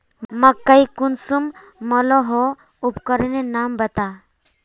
मकई कुंसम मलोहो उपकरनेर नाम बता?